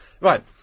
Right